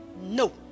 No